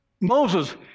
Moses